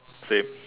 same